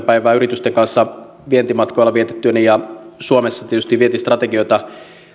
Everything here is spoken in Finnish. päivää yritysten kanssa vientimatkoilla vietettyäni ja suomessa tietysti vientistrategioita